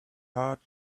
hard